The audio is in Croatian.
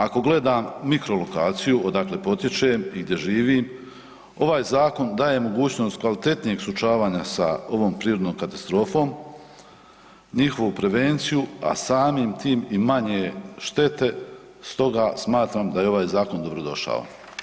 Ako gledam mikro lokaciju odakle potječem i gdje živim, ovaj zakon daje mogućnost kvalitetnije suočavanja sa ovom prirodnom katastrofom, njihovu prevenciju a samim tim i manje štete, stoga smatram da je ovaj zakon dobrodošao.